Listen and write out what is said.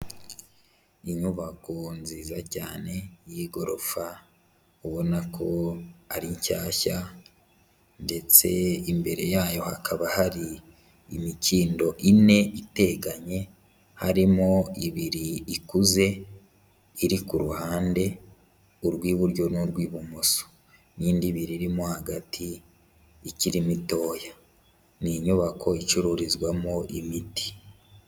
Inyubako nziza cyane y'igorofa ubona ko ari nshyashya ndetse imbere yayo hakaba hari imikindo ine iteganye, harimo ibiri ikuze iri ku ruhande urw'iburyo n'urw ibumoso, n'indi ibiri irimo hagati ikiri mitoya, ni inyubako icururizwamo imiti.